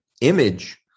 image